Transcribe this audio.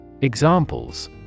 Examples